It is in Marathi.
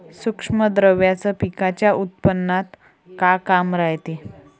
सूक्ष्म द्रव्याचं पिकाच्या उत्पन्नात का काम रायते?